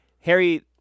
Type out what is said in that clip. Harry